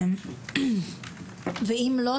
אם לא,